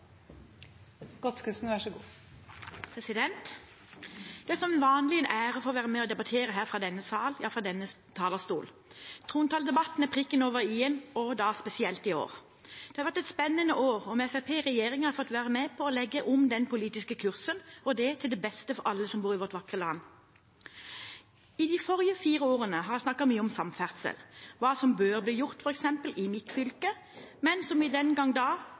oss en så høythengende forskningspris, må vi føre mer av. Det er som vanlig en ære å få være med og debattere her i denne sal, ja fra denne talerstol. Trontaledebatten er prikken over i-en, og da spesielt i år. Det har vært et spennende år, og med Fremskrittspartiet i regjering har jeg fått være med på å legge om den politiske kursen, og det til det beste for alle som bor i vårt vakre land. I de forrige fire årene har jeg snakket mye om samferdsel – hva som burde bli gjort, f.eks. i mitt fylke, men som vi den gang